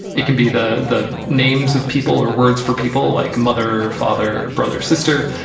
it can be the the names of people or words for people, like mother, father, brother, sister,